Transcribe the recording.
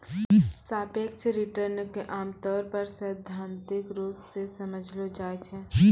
सापेक्ष रिटर्न क आमतौर पर सैद्धांतिक रूप सें समझलो जाय छै